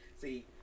see